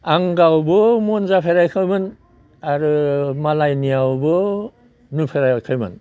आं गावबो मुनजाफेराखैमोन आरो मालायनियावबो नुफेराखैमोन